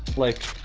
like,